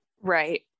right